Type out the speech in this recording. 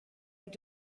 mit